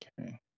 Okay